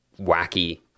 wacky